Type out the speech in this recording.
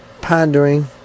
pondering